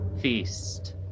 feast